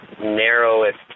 narrowest